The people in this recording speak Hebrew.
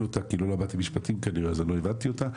אותה כי לא למדתי משפטים כנראה אז לא הבנתי אותה,